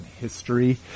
history